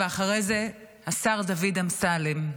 ואחרי זה השר דוד אמסלם.